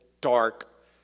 dark